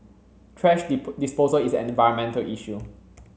thrash disposal is an environmental issue